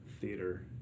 theater